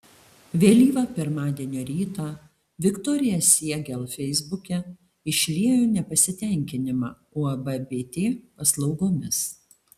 vėlyvą pirmadienio rytą viktorija siegel feisbuke išliejo nepasitenkinimą uab bitė paslaugomis